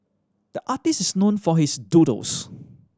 the artist is known for his doodles